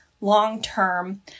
long-term